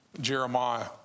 Jeremiah